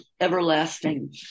everlasting